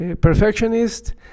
perfectionist